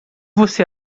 você